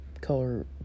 color